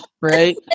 right